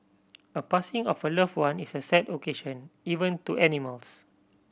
a passing of a loved one is a sad occasion even to animals